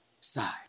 side